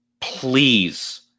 please